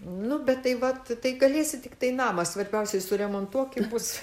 nu bet tai vat tai galėsi tiktai namą svarbiausia suremontuok ir bus